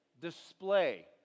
display